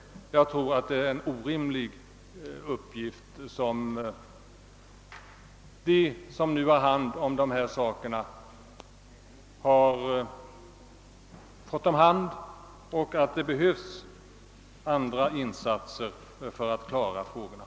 Jag tror att det är orimligt för dem som nu har dessa saker om hand att klara den uppgiften och att det behövs andra insatser för att lösa problemen.